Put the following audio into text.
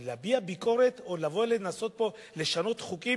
אבל להביע ביקורת או לבוא לנסות לשנות פה חוקים,